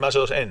ומעל שלושה אין.